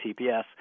TPS